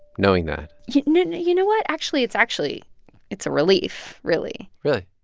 knowing that? you know you know what? actually it's actually it's a relief, really really?